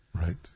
Right